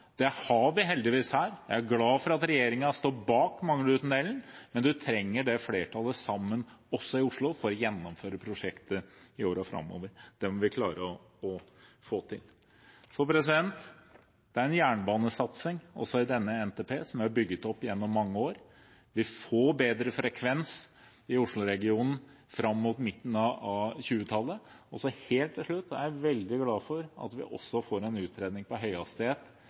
Det har vi heldigvis her. Jeg er glad for at regjeringen står bak Manglerudtunnelen, men vi trenger det flertallet sammen også i Oslo for å gjennomføre prosjektet i årene framover. Det må vi klare å få til. Det er en jernbanesatsing også i denne NTP-en som er bygget opp gjennom mange år. Vi får bedre frekvens i Osloregionen fram mot midten av 2020-tallet. Helt til slutt: Jeg er veldig glad for at vi også får en utredning om høyhastighet